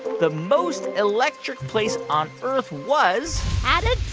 the most electric place on earth was. and